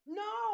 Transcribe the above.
no